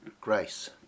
grace